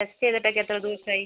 test ചെയ്തിട്ടൊക്കെ എത്ര ദിവസമായി